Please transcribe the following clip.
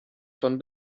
von